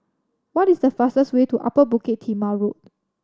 what is the fastest way to Upper Bukit Timah Road